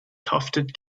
tufted